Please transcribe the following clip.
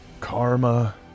karma